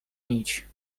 nić